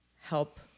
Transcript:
help